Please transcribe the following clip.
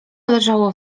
leżało